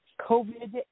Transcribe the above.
COVID